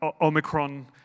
Omicron